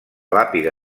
làpida